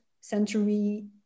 century